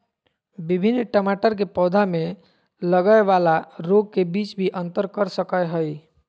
विभिन्न टमाटर के पौधा में लगय वाला रोग के बीच भी अंतर कर सकय हइ